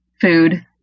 Food